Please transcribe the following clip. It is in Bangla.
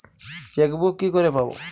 চেকবুক কি করে পাবো?